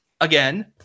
again